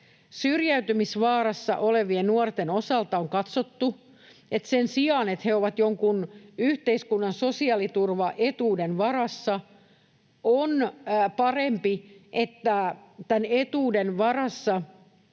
Syrjäytymisvaarassa olevien nuorten osalta on katsottu, että sen sijaan, että he ovat jonkun yhteiskunnan sosiaaliturvaetuuden varassa, on parempi, että tämän etuuden varassa